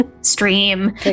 stream